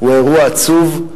הוא אירוע עצוב,